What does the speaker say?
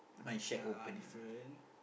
uh different